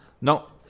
no